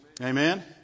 Amen